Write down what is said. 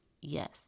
yes